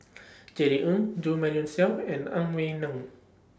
Jerry Ng Jo Marion Seow and Ang Wei Neng